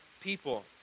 people